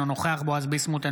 אינו נוכח בועז ביסמוט,